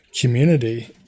community